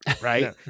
Right